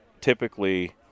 typically